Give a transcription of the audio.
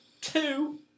Two